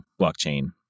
blockchain